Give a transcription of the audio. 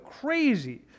crazy